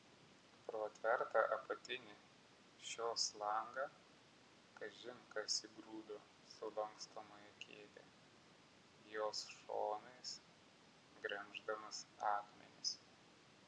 pro atvertą apatinį šios langą kažin kas įgrūdo sulankstomąją kėdę jos šonais gremždamas akmenis